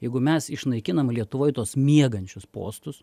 jeigu mes išnaikinam lietuvoj tuos miegančius postus